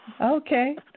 Okay